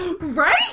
Right